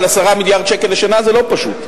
לוותר על 10 מיליארד שקלים לשנה זה לא פשוט,